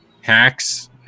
Hacks